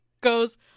goes